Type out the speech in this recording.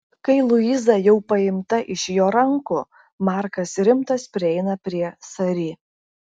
kai luiza jau paimta iš jo rankų markas rimtas prieina prie sari